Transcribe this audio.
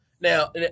now